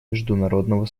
международного